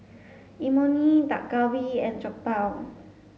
Imoni Dak Galbi and Jokbal